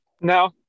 No